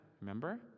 Remember